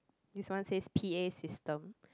this one says p_a system